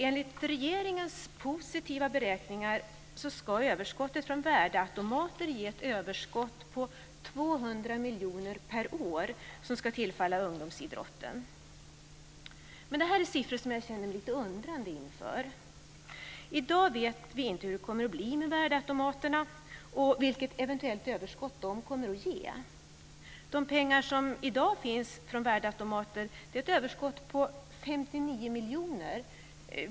Enligt regeringens positiva beräkningar ska överskottet från värdeautomater ge ett överskott på 200 miljoner per år som ska tillfalla ungdomsidrotten. Men det här är siffror som jag känner mig lite undrande inför. I dag vet vi inte hur det kommer att bli med värdeautomaterna och vilket eventuellt överskott de kommer att ge. De pengar som i dag kommer från värdeautomater är ett överskott på 59 miljoner.